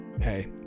hey